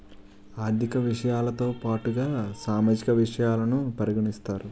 ఆర్థిక విషయాలతో పాటుగా సామాజిక విషయాలను పరిగణిస్తారు